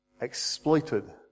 exploited